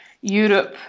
Europe